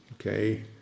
okay